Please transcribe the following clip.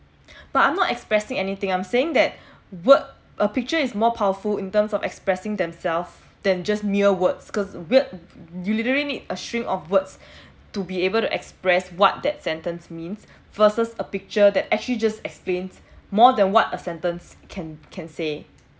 but I'm not expressing anything I'm saying that word a picture is more powerful in terms of expressing themselves than just mere words because word you really need a stream of words to be able to express what that sentence means versus a picture that actually just explains more than what a sentence can can say